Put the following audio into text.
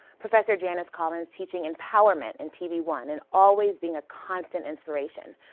professor janice collins teaching empowerment and tv one and always been a constant inspiration,